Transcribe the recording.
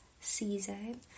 season